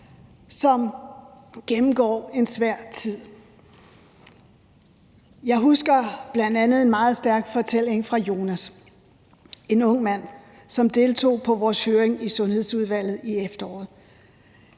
som gennemgår en svær tid. Jeg husker bl.a. en meget stærk fortælling fra Jonas – en ung mand, som deltog i vores høring i Sundhedsudvalget i efteråret.